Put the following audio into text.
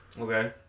Okay